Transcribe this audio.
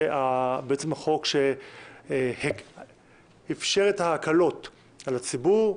זה בעצם החוק שאפשר את ההקלות על הציבור,